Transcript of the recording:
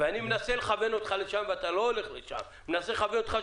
אני מנסה לכוון אותך לשם ואתה לא הולך לשם, שוב